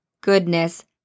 goodness